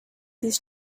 this